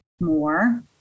more